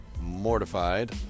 mortified